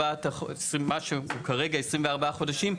כרגע 24 חודשים,